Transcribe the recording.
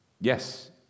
Yes